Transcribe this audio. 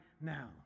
now